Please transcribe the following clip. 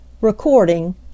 Recording